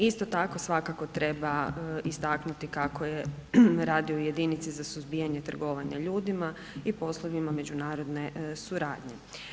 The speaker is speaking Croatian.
Isto tako, svakako treba istaknuti kako je radio u jedinici za suzbijanje trgovanja ljudima i poslovima međunarodne suradnje.